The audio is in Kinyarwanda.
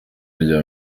rya